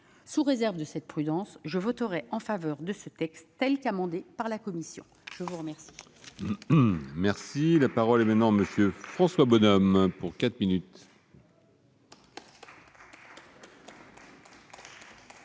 Sous réserve de cette prudence, je voterai en faveur de ce texte tel qu'amendé par la commission. La parole